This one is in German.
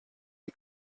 die